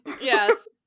Yes